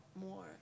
more